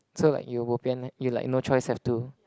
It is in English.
so like you bo pian then you like no choice have to